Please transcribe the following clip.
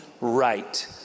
right